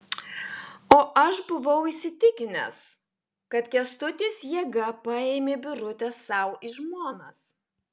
o aš buvau įsitikinęs kad kęstutis jėga paėmė birutę sau į žmonas